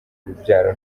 urubyaro